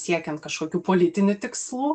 siekiant kažkokių politinių tikslų